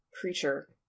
Creature